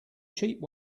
cheap